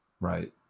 Right